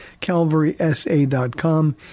calvarysa.com